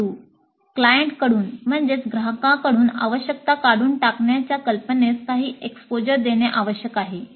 परंतु ग्राहकांकडून आवश्यकता काढून टाकण्याच्या कल्पनेस काही एक्सपोजर देणे आवश्यक आहे